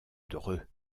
dreux